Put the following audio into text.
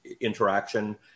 interaction